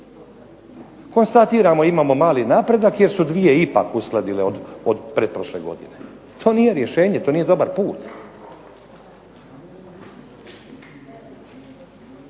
Konstatiramo imamo mali napredak jer su 2 ipak uskladile od pretprošle godine. To nije rješenje, to nije dobar put.